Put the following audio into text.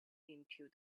into